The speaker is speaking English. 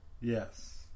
Yes